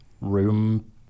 room